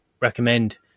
recommend